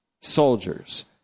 soldiers